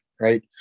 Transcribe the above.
right